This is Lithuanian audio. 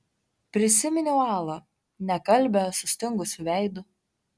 prisiminiau alą nekalbią sustingusiu veidu